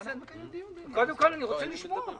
אני לא מבין מה